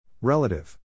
Relative